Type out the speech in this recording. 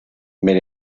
mit